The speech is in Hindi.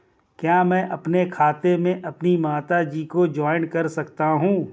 क्या मैं अपने खाते में अपनी माता जी को जॉइंट कर सकता हूँ?